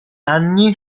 anni